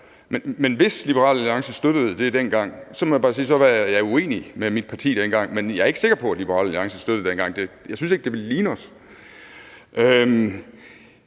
Men hvis Liberal Alliance støttede det dengang, må jeg bare sige, at jeg var uenig med mit parti dengang. Men jeg er ikke sikker på, at Liberal Alliance støttede det dengang. Jeg synes ikke, det ville ligne os.